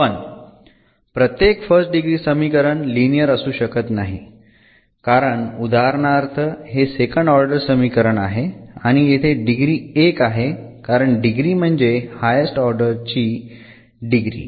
पण प्रत्येक first degree समीकरण लिनियर असू शकत नाही कारण उदाहरणार्थ हे सेकंड ऑर्डर समीकरण आहे आणि येथे डिग्री 1 आहे कारण डिग्री म्हणजे हायेस्ट ऑर्डर टर्म ची डिग्री